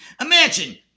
Imagine